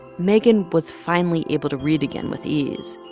megan was finally able to read again with ease.